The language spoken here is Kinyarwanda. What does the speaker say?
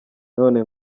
none